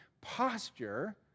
posture